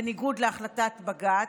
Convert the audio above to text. בניגוד להחלטת בג"ץ,